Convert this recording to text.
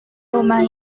rumah